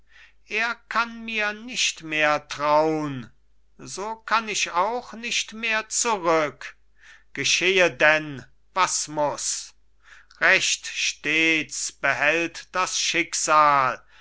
er kann mir nicht mehr traun so kann ich auch nicht mehr zurück geschehe denn was muß recht stets behält das schicksal